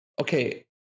Okay